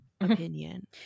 opinion